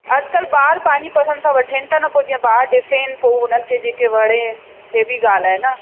अॼकल्ह ॿार पंहिंजी पसंदि सां वठण था न पोइ जीअं ॿार ॾिसण पोइ हुननि खे जेके वणे हे बि ॻाल्हि आहे न